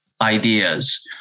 ideas